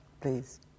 please